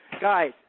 Guys